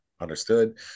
Understood